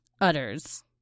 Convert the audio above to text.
Utters